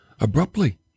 abruptly